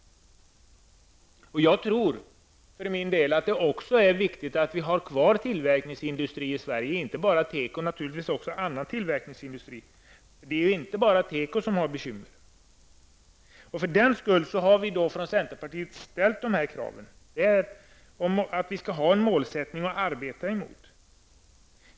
Jag tror att det också är angeläget att ha kvar tillverkningsindustri i Sverige, inte bara teko utan naturligtvis också annan tillverkningsindustri. Inte bara teko har bekymmer. För den skull har vi från centerpartiet ställt kravet att man skall ha ett mål att arbeta mot.